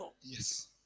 Yes